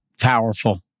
powerful